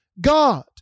God